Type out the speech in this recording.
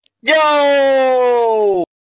Yo